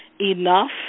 enough